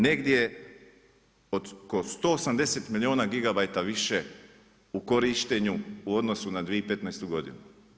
Negdje od oko 180 milijuna gigabajta više u korištenju u odnosu na 2015. godinu.